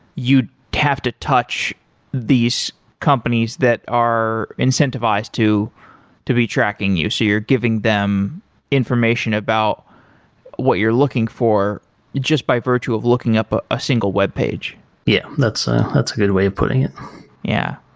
have to touch these companies that are incentivized to to be tracking you. so you're giving them information about what you're looking for just by virtue of looking up a single webpage yeah, that's ah that's a good way of putting it yeah.